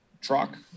truck